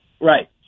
Right